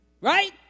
Right